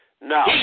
No